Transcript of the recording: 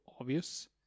obvious